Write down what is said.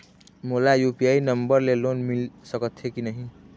मोला UPI number ले loan मिल सकथे कि नहीं?